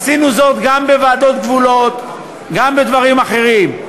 עשינו זאת גם בוועדות גבולות, גם בדברים אחרים.